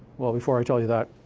well, before i tell you that.